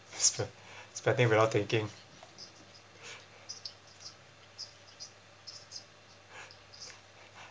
spe~ spending without thinking